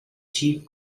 chief